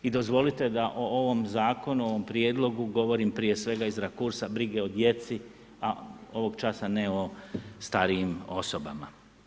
I dozvolite da o ovom zakonu, ovom Prijedlogu govorim prije svega iz rakursa brige o djeci, a ovog časa ne o starijim osobama.